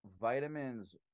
vitamins